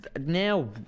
now